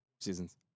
Seasons